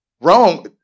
wrong